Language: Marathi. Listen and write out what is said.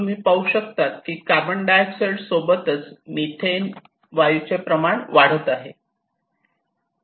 तुम्ही पाहू शकतात की कार्बन डाय ऑक्साइड सोबतच मिथेन वायूचे प्रमाण वाढत आहे